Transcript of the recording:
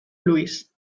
luis